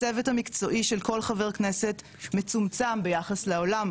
הצוות המקצועי של כל חבר כנסת מצומצם ביחס לעולם,